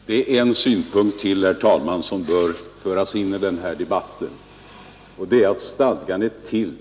Herr talman! Det är en synpunkt till som bör föras in i den här debatten, och det är att stadgan är till